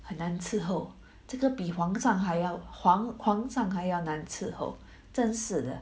很难伺候这个比皇上还要皇皇上还要难伺候真是的